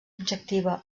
objectiva